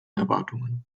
erwartungen